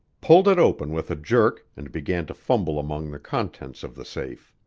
pulled it open with a jerk and began to fumble among the contents of the safe.